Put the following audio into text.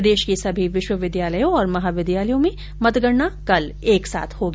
प्रदेश के सभी विश्वविद्यालयों और महाविद्यालयों में मतगणना कल एक साथ होगी